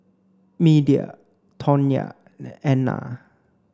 Media Tawnya and Edna